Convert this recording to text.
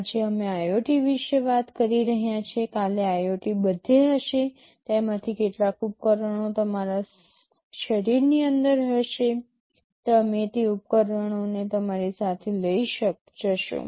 આજે અમે IoT વિશે વાત કરી રહ્યા છીએ કાલે IoT બધે હશે તેમાંથી કેટલાક ઉપકરણો તમારા શરીરની અંદર હશે તમે તે ઉપકરણોને તમારી સાથે લઈ જશો